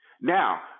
Now